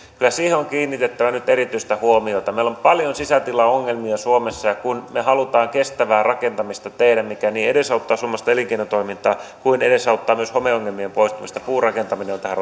kyllä siihen on kiinnitettävä nyt erityistä huomiota meillä on paljon sisätilaongelmia suomessa ja kun me haluamme kestävää rakentamista tehdä mikä edesauttaa niin suomalaista elinkeinotoimintaa kuin myös homeongelmien poistumista puurakentaminen on tähän